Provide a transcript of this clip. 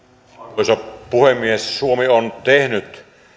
arvoisa puhemies suomi on tehnyt